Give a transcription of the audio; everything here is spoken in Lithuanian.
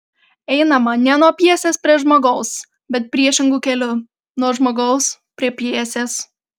einama ne nuo pjesės prie žmogaus bet priešingu keliu nuo žmogaus prie pjesės